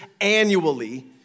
annually